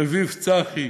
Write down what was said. רביב צחי,